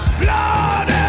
blood